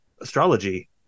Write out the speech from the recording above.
astrology